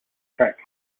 track